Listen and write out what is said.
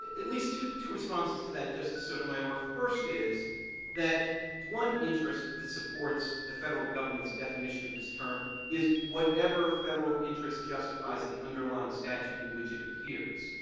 at least two two responses to that, justice sotomayor. first is that one interest that supports the federal government's definition of this term is whatever federal interest justifies the underlying statute in which it appears.